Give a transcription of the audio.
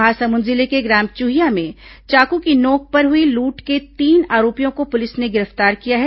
महासमुन्द जिले के ग्राम छुहिया में चाकू की नोंक पर हुई लूट के तीन आरोपियों को पुलिस ने गिरफ्तार किया है